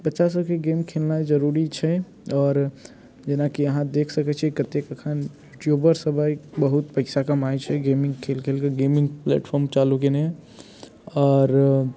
बच्चासभके गेम खेलनाइ जरूरी छै आओर जेनाकि अहाँ देखि सकैत छियै कतेक एखन यूट्यूबरसभ आइ बहुत पैसा कमाइत छै गेमिंग खेल खेल कऽ गेमिंग प्लेटफार्म चालू कयने यए आओर